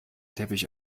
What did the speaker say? teppich